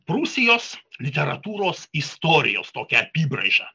prūsijos literatūros istorijos tokią apybraižą